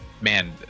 man